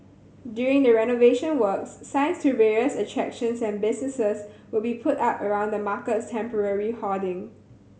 during the renovation works signs to various attractions and businesses will be put up around the market's temporary hoarding